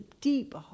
deep